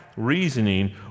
reasoning